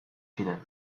ziren